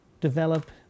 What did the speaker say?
develop